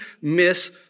miss